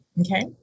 okay